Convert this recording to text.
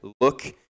look